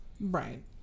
Right